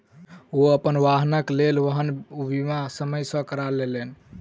ओ अपन वाहनक लेल वाहन बीमा समय सॅ करा लेलैन